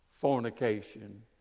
fornication